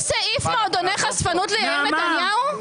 יש סעיף מועדוני חשפנות ליאיר נתניהו?